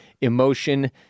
emotion